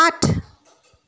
আঠ